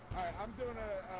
i'm going in